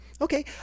okay